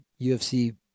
UFC